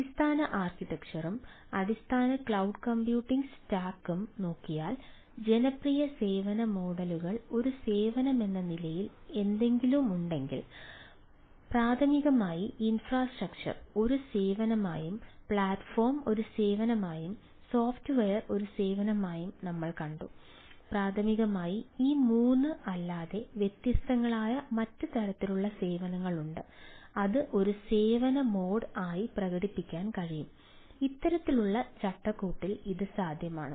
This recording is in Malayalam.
അടിസ്ഥാന ആർക്കിടെക്ചറും അടിസ്ഥാന ക്ലൌഡ് കമ്പ്യൂട്ടിംഗ് ആയി പ്രകടിപ്പിക്കാൻ കഴിയും ഇത്തരത്തിലുള്ള ചട്ടക്കൂടിൽ ഇത് സാധ്യമാണ്